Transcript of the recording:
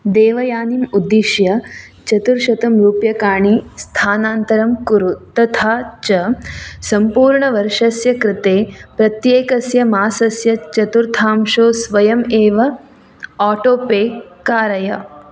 देवयानीम् उद्दिश्य चतुःशतं रूप्यकाणि स्थानान्तरं कुरु तथा च सम्पूर्णवर्षस्य कृते प्रत्येकस्य मासस्य चतुर्थांशे स्वयम् एव आटो पे कारय